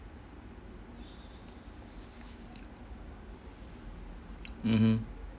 mmhmm